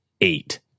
eight